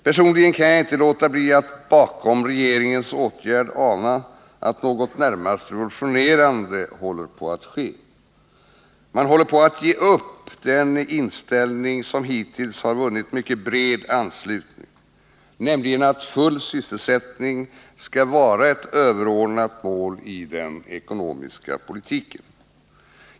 Personligen kan jag inte låta bli att bakom regeringens åtgärd ana att något närmast revolutionerande håller på att ske: Man håller på att ge upp den inställning som hittills har vunnit mycket bred anslutning, nämligen att full sysselsättning skall vara ett överordnat mål i den ekonomiska politiken.